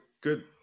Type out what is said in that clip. good